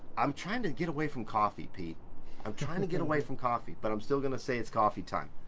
i'm trying to get away from coffee. pete i'm trying to get away from coffee. but i'm still gonna say it's coffee time.